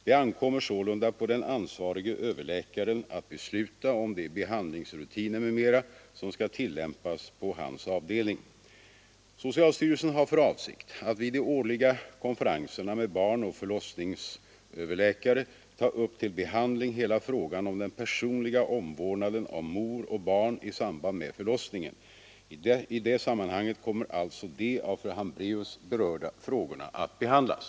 Det ankommer sålunda på den ansvarige överläkaren att besluta om de behandlingsrutiner m. m, som skall tillämpas på hans avdelning. Socialstyrelsen har för avsikt att vid de årliga konferenserna med barnoch förlossningsöverläkare ta upp till behandling hela frågan om den personliga omvårdnaden om mor och barn i samband med förlossningen. I det sammanhanget kommer alltså de av fru Hambraeus berörda frågorna att behandlas.